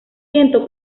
siento